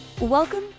Welcome